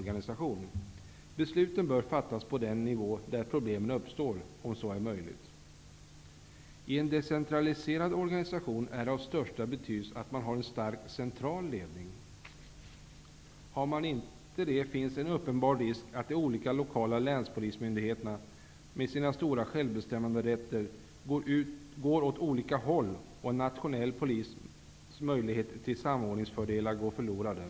möjligt, fattas på den nivå där problemen uppstår. I en decentraliserad organisation är det av största betydelse att ha en stark central ledning. Har man inte det, finns en uppenbar risk att de lokala länspolismyndigheterna, med sin stora självbestämmanderätt, går åt olika håll så att en nationell polis möjligheter till samordningsfördelar går förlorade.